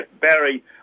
Barry